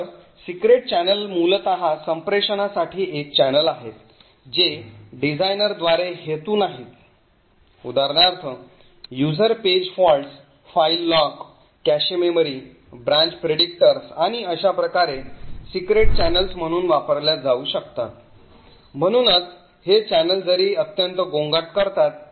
तर secret channel मूलत संप्रेषणासाठी एक चॅनेल आहेत जे डिझाइनद्वारे हेतू नाहीत उदाहरणार्थ user page faults file lock cache memory branch predictors आणि अशा प्रकारे सिक्रेट channels म्हणून वापरल्या जाऊ शकतात म्हणूनच हे चॅनेल जरी अत्यंत गोंगाट करतात